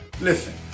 Listen